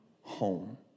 home